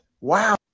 Wow